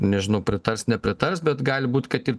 nežinau pritars nepritars bet gali būt kad ir